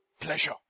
pleasure